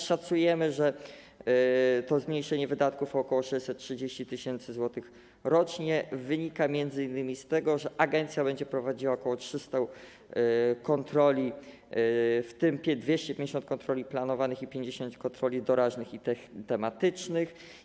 Szacujemy, że zmniejszenie wydatków o ok. 630 tys. zł rocznie wynika m.in. z tego, że agencja będzie prowadziła ok. 300 kontroli, w tym 250 kontroli planowanych i 50 kontroli doraźnych i tych tematycznych.